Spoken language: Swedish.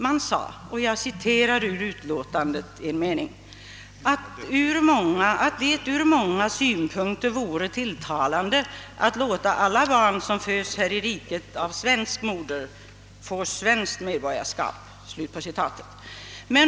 Man sade »att det ur många synpunkter vore tilltalande att låta alla barn som föds här i riket av svensk moder få svenskt medborgarskap».